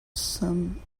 some